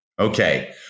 Okay